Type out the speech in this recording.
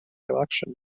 election